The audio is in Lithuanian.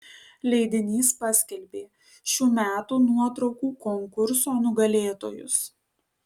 leidinys paskelbė šių metų nuotraukų konkurso nugalėtojus